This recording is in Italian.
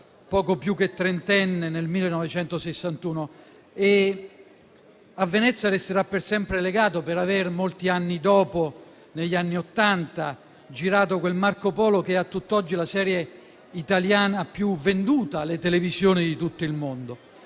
poco più che trentenne, nel 1961. Ed a Venezia resterà per sempre legato, per avere molti anni dopo, negli anni Ottanta, girato quel "Marco Polo" che, a tutt'oggi, è la serie italiana più venduta alle televisioni di tutto il mondo.